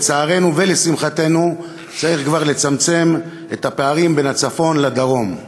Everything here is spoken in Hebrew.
לצערנו ולשמחתנו, צריך כבר לצמצם את הפערים בין הצפון לבין הדרום.